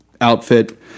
outfit